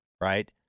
right